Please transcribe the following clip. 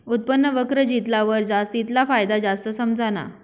उत्पन्न वक्र जितला वर जास तितला फायदा जास्त समझाना